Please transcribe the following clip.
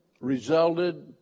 resulted